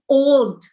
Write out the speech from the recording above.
old